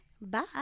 Bye